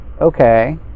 okay